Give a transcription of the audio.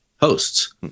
hosts